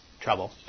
trouble